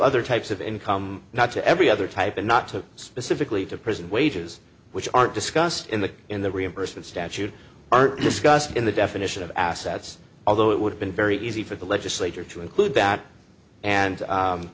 other types of income not to every other type and not to specifically to prison wages which aren't discussed in the in the reimbursement statute are discussed in the definition of assets although it would have been very easy for the legislature to include bat and